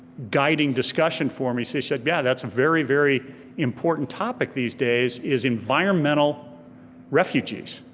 guiding discussion for me, she said yeah, that's a very, very important topic these days, is environmental refugees.